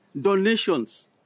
donations